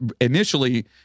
initially